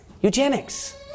eugenics